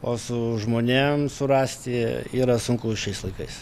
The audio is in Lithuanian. o su žmonėm surasti yra sunku šiais laikais